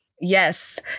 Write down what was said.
Yes